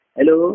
Hello